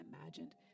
imagined